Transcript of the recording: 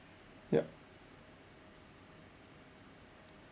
yup